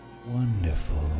Wonderful